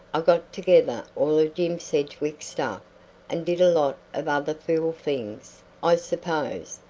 i got together all of jim sedgwick's stuff and did a lot of other fool things, i suppose,